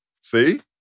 See